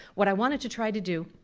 what i wanted to try to do,